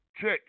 Check